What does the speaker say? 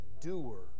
doer